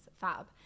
fab